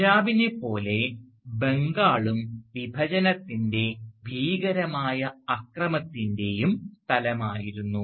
പഞ്ചാബിനെപ്പോലെ ബംഗാളും വിഭജനത്തിൻറെയും ഭീകരമായ അക്രമത്തിൻറെയും സ്ഥലമായിരുന്നു